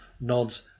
nods